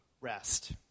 rest